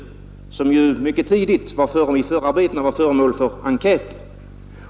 Näringslivets representanter var ju på ett mycket tidigt stadium i förarbetena föremål för enkäter.